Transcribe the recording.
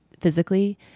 physically